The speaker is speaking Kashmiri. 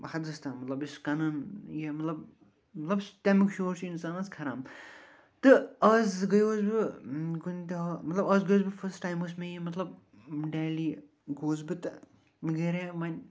حَد س تام مَطلَب یُس کَنَن یہِ مَطلَب مَطلَب تمیُک شور چھُ اِنسانَس کھَران تہٕ اَز گٔیوس بہٕ کُنہِ دۄہ مَطلَب اَز گوٚیوس بہٕ فٔسٹ ٹایم اوس مےٚ یہِ مَطلَب ڈہلی گوس بہٕ تہٕ مےٚ گٔے راے وۄنۍ